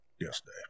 yesterday